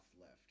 left